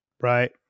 Right